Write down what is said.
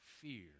fear